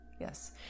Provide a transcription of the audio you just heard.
Yes